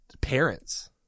parents